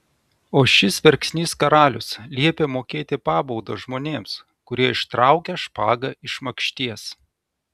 o šis verksnys karalius liepia mokėti pabaudą žmonėms kurie ištraukia špagą iš makšties